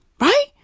Right